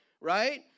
right